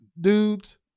dudes